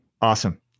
Awesome